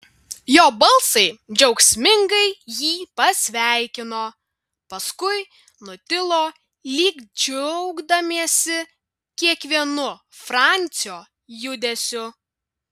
jo balsai džiaugsmingai jį pasveikino paskui nutilo lyg džiaugdamiesi kiekvienu francio judesiu